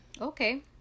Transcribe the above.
Okay